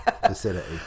facility